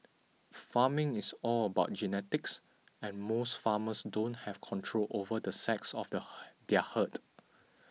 farming is all about genetics and most farmers don't have control over the sex of their herd